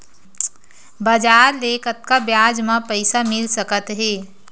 बजार ले कतका ब्याज म पईसा मिल सकत हे?